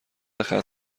ختنه